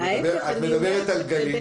להיפך, אני אומרת --- את מדברת על גלים.